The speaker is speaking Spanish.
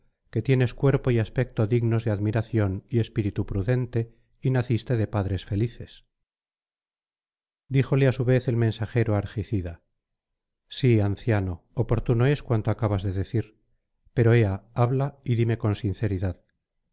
que tienes cuerpo y aspecto dignos de admiración y espíritu prudente y naciste de padres felices díjole á su vez el mensajero argicida sí anciano oportuno es cuanto acabas de decir pero ea habla y dime con sinceridad